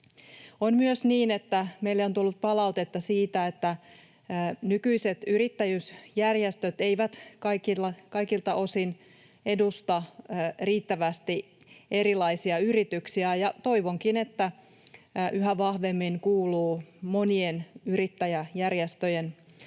On myös niin, että meille on tullut palautetta siitä, että nykyiset yrittäjyysjärjestöt eivät kaikilta osin edusta riittävästi erilaisia yrityksiä, ja toivonkin, että yhä vahvemmin kuuluu monien yrittäjäjärjestöjen ääni